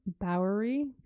Bowery